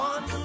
One